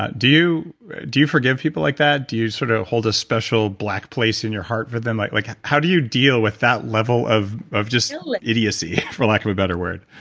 do you do you forgive people like that? do you sort of hold a special black place in your heart for them? like like how do you deal with that level of of just like idiocy, for lack of a better word?